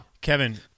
Kevin